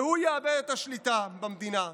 והוא יאבד את השליטה במדינה.